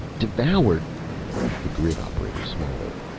devoured the grid operator swallowed.